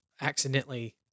accidentally